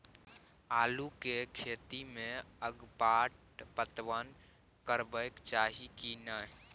आलू के खेती में अगपाट पटवन करबैक चाही की नय?